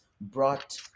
brought